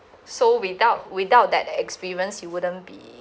so without without that experience you wouldn't be